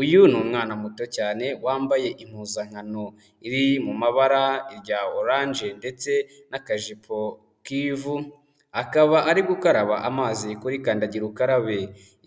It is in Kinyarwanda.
Uyu ni umwana muto cyane wambaye impuzankano iri mu mabara irya oranje ndetse n'akajipo k'ivu, akaba ari gukaraba amazi kuri kandagira ukarabe,